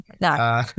no